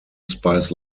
spies